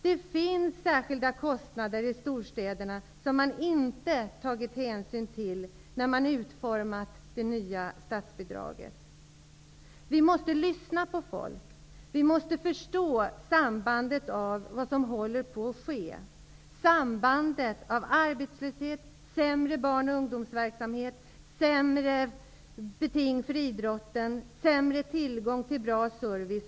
Det finns särskilda kostnader i storstäderna som man inte har tagit hänsyn till när man utformat det nya statsbidraget. Vi måste lyssna på människor. Vi måste förstå sambanden i det som håller på att ske, sambanden mellan arbetslöshet och sämre barn och ungdomsverksamhet, sämre beting för idrotten och sämre tillgång till bra service.